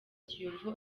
kiyovu